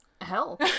hell